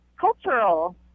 cultural